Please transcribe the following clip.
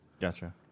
Gotcha